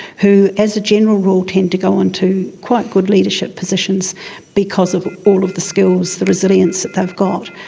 who as a general rule tend to go on to quite good leadership positions because of all of the skills, the resilience that they've got,